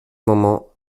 moment